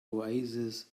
oasis